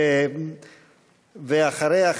ואחריה,